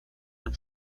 and